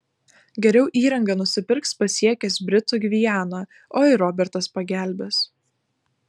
geriau įrangą nusipirks pasiekęs britų gvianą o ir robertas pagelbės